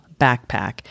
Backpack